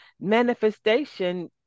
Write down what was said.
manifestation